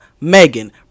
Megan